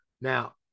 now